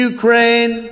Ukraine